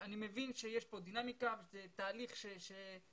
אני מבין שיש כאן דינמיקה וזה תהליך עליו